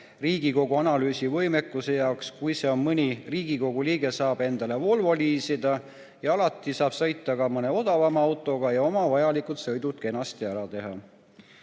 Riigikogu analüüsivõimekuse jaoks kui see, et mõni Riigikogu liige saab endale Volvo liisida. Alati saab sõita ka mõne odavama autoga, sellegagi saab oma vajalikud sõidud kenasti ära teha.